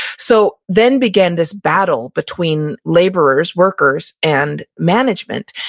so then began this battle between laborers, workers, and management.